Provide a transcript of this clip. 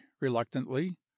reluctantly